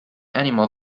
animal